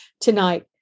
tonight